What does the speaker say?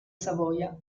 savoia